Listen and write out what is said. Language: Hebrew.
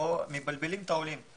מבלבלים את העולים.